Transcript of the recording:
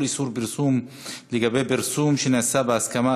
איסור הפרסום לגבי פרסום שנעשה בהסכמה),